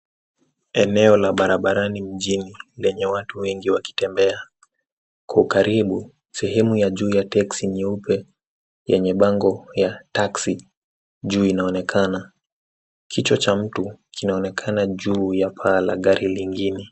Eneo la barabarani mjini lenye watu wengi wakitembea. Kwa ukaribu, sehemu ya juu ya teksi nyeupe yenye bango ya ,taxi, juu inaonekana. Kichwa cha mtu kinaonekana juu ya paa la gari lingine.